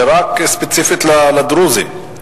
זה רק ספציפית לדרוזים,